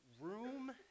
room